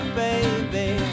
baby